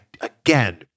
Again